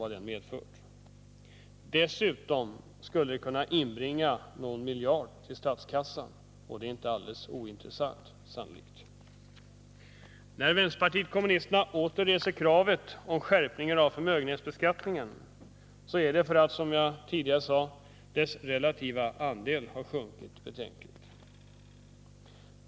Dessutom skulle det kunna inbringa någon miljard till statskassan, och det är sannolikt inte alldeles ointressant. När vpk åter reser kravet på skärpningar av förmögenhetsbeskattningen är det för att, som jag tidigare sade, dess relativa andel har sjunkit betänkligt.